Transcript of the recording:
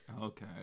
Okay